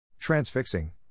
Transfixing